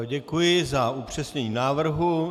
Děkuji za upřesnění návrhu.